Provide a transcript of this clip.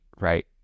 right